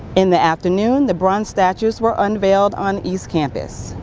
in the afternoon, the bronze statues were unveiled on east campus.